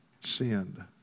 sinned